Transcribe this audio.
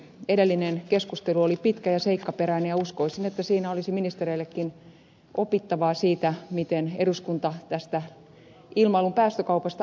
edellinen keskustelu oli pitkä ja seikkaperäinen ja uskoisin että siinä olisi ministereillekin opittavaa siitä miten eduskunta tästä ilmailun päästökaupasta ajattelee